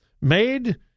made